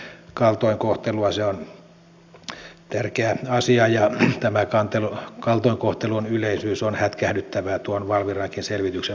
se on tärkeä asia ja tämä kaltoinkohtelun yleisyys on hätkähdyttävää tuon valviran selvityksenkin mukaan